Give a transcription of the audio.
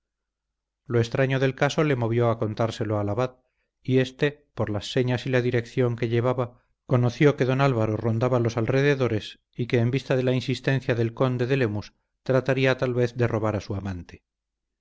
lo extraño del caso le movió a contárselo al abad y éste por las señas y la dirección que llevaba conoció que don álvaro rondaba los alrededores y que en vista de la insistencia del conde de lemus trataría tal vez de robar a su amante